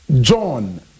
John